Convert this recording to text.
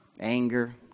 Anger